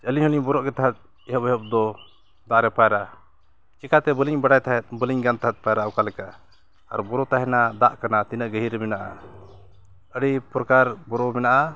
ᱟᱹᱞᱤᱧ ᱦᱚᱸᱞᱤᱧ ᱵᱚᱨᱚᱜ ᱜᱮ ᱛᱟᱦᱮᱸᱫ ᱮᱦᱚᱵ ᱮᱦᱚᱵ ᱫᱚ ᱫᱟᱜ ᱨᱮ ᱯᱟᱭᱨᱟᱜ ᱪᱤᱠᱟᱹᱛᱮ ᱵᱟᱹᱞᱤᱧ ᱵᱟᱲᱟᱭ ᱛᱟᱦᱮᱸᱫ ᱵᱟᱹᱞᱤᱧ ᱜᱟᱱ ᱛᱟᱦᱮᱸᱫ ᱯᱟᱭᱨᱟᱜ ᱚᱠᱟ ᱞᱮᱠᱟ ᱟᱨ ᱵᱚᱨᱚ ᱛᱟᱦᱮᱱᱟ ᱫᱟᱜ ᱠᱟᱱᱟ ᱛᱤᱱᱟᱹᱜ ᱜᱟᱹᱦᱤᱨ ᱨᱮ ᱢᱮᱱᱟᱜᱼᱟ ᱟᱹᱰᱤ ᱯᱨᱚᱠᱟᱨ ᱵᱩᱨᱩ ᱢᱮᱱᱟᱜᱼᱟ